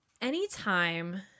anytime